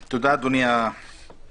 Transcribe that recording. כן, תודה, אדוני היושב-ראש.